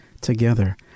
together